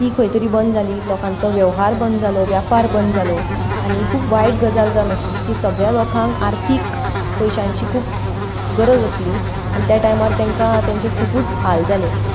ती खंय तरी बंद जाली लोकांचो वेव्हार बंद जालो व्यापार बंद जालो आनी ही खूब वायट गजाल जावन आशिल्ली की सगळ्या लोकांक आर्थीक पयश्यांची खूब गरज आसली आनी त्या टायमार तेंकां तेंचे खुबूच हाल जाले